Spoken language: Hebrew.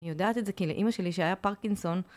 אני יודעת את זה כי לאימא שלי שהיה פרקינסון